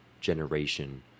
generation